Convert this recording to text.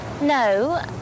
No